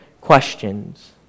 questions